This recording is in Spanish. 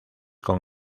con